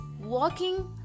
walking